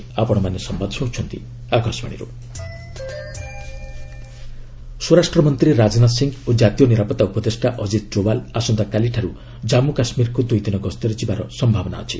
NHA JK Rajnath ସ୍ୱରାଷ୍ଟ୍ର ମନ୍ତ୍ରୀ ରାଜନାଥ ସିଂ ଓ ଜାତୀୟ ନିରାପତ୍ତା ଉପଦେଷ୍ଟା ଅଜିତ ଡୋବାଲ୍ ଆସନ୍ତାକାଲିଠାରୁ ଜଜ୍ମୁ କାଶ୍ମୀରକୁ ଦୁଇ ଦିନ ଗସ୍ତରେ ଯିବାର ସମ୍ଭାବନା ଅଛି